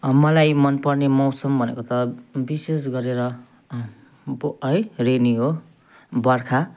मलाई मनपर्ने मौसम भनेको त विशेष गरेर अब है रेनी हो बर्खा